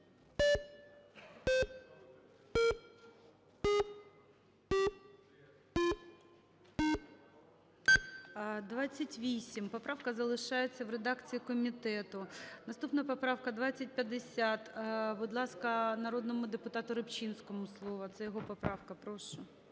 За-28 Поправка залишається в редакції комітету. Наступна поправка 2050. Будь ласка, народному депутату Рибчинському слово, це його поправка, прошу.